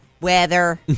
Weather